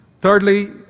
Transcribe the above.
Thirdly